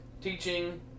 teaching